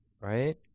Right